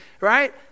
right